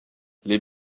les